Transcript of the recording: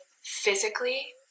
physically